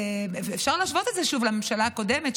אפשר להשוות את זה שוב לממשלה הקודמת,